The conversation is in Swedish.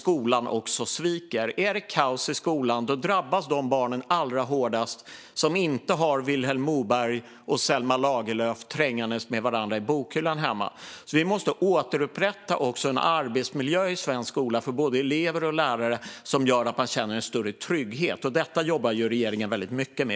Är det kaos i skolan drabbas de barn som inte har Vilhelm Moberg och Selma Lagerlöf trängandes med varandra i bokhyllan hemma allra hårdast. Vi måste också återupprätta en arbetsmiljö i svensk skola för både elever och lärare som gör att man känner en större trygghet, och detta jobbar regeringen väldigt mycket med.